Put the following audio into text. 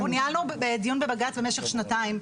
ניהלנו דיון בבג"ץ במשך שנתיים.